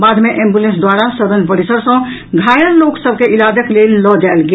बाद में एम्बूंलेस द्वारा सदन परिसर सॅ घायल लोक सभ के इलाजक लेल लऽ जायल गेल